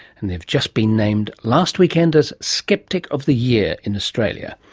and they've just been named, last weekend, as skeptic of the year in australia.